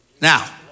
Now